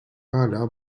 hala